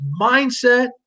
mindset